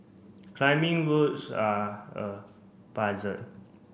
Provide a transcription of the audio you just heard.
climbing routes are a puzzle